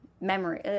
memory